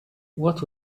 what